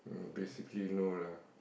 basically no lah